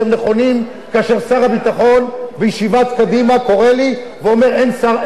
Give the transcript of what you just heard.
כאשר שר הביטחון בישיבת קדימה קורא לי ואומר: אין חוק טוב מזה?